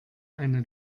eine